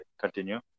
continue